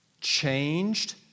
changed